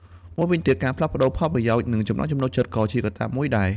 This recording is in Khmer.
មួយវិញទៀត ការផ្លាស់ប្តូរផលប្រយោជន៍ និងចំណង់ចំណូលចិត្ត ក៏ជាកត្តាមួយដែរ។